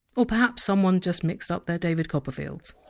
or perhaps someone just mixed up their david copperfields